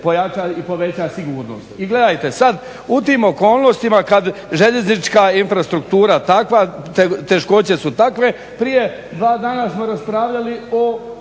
pojača i poveća sigurnost. I gledajte, sad u tim okolnostima kad željeznička infrastruktura je takva, teškoće su takve prije dva dana smo raspravljali o